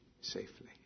safely